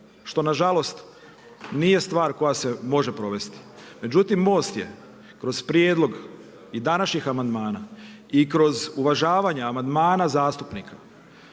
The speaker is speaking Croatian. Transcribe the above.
što nažalost nije stvar koja se može provesti. Međutim, Most je kroz prijedlog i današnjih amandmana i kroz uvažavanja amandmana zastupnika